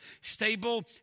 stable